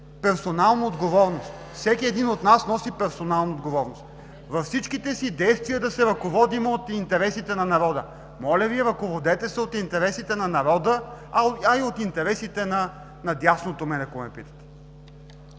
че времето е изтекло.) Всеки един от нас носи персонална отговорност – във всичките си действия да се ръководим от интересите на народа. Моля Ви, ръководете се от интересите на народа, а и от интересите на дясното, мен ако ме питате!